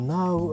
now